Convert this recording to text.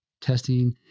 testing